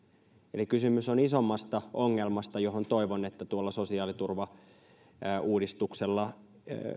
eli kysymys on isommasta ongelmasta johon toivon että tuolla sosiaaliturvauudistuksella